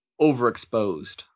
overexposed